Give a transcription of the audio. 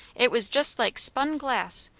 it was just like spun glass,